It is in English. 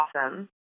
awesome